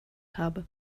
habe